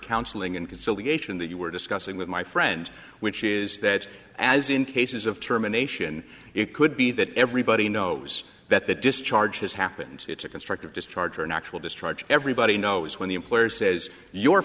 conciliation that you were discussing with my friend which is that as in cases of terminations it could be that everybody knows that the discharge has happened it's a constructive discharge or an actual discharge everybody knows when the employer says you